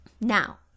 Now